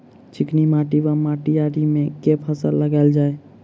चिकनी माटि वा मटीयारी मे केँ फसल लगाएल जाए?